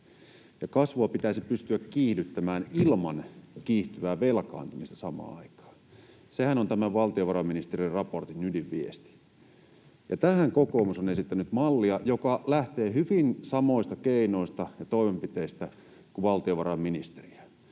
kasvua pitäisi pystyä kiihdyttämään ilman kiihtyvää velkaantumista samaan aikaan. Sehän on tämän valtiovarainministeriön raportin ydinviesti, ja tähän kokoomus on esittänyt mallia, joka lähtee hyvin samoista keinoista ja toimenpiteistä kuin valtiovarainministeriö.